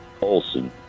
Olson